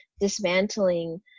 dismantling